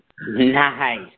Nice